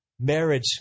Marriage